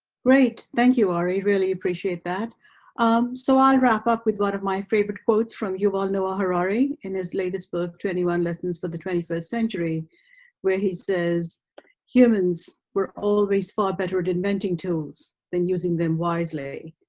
great. thank you ah really appreciate that um so i'll ah and wrap up with one of my favorite quotes from yuval noah harari in his latest book twenty one lessons for the twenty first century where he says humans were always far better at inventing tools than using them wisely.